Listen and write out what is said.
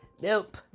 Nope